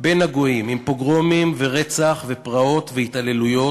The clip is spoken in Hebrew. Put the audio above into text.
בין הגויים, עם פוגרומים ורצח ופרעות והתעללויות,